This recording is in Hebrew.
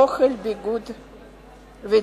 אוכל, ביגוד ודיור.